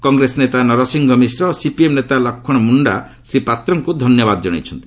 କଂଗ୍ରେସ ନେତା ନରସିଂହ ମିଶ୍ର ଓ ସିପିଏମ୍ ନେତା ଲକ୍ଷ୍ମଣ ମୁଖା ଶ୍ରୀ ପାତ୍ରଙ୍କୁ ଧନ୍ୟବାଦ ଜଣାଇଛନ୍ତି